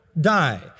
die